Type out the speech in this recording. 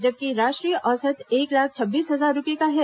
जबकि राष्ट्रीय औसत एक लाख छब्बीस हजार रूपये का है